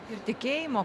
ir tikėjimo